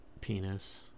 penis